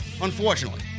unfortunately